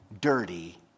dirty